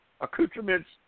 accoutrements